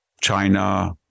China